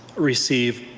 receive